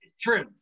True